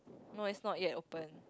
no it's not yet open